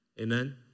Amen